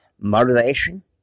motivation